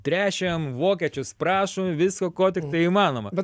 trešiam vokiečius prašom visko ko tiktai įmanoma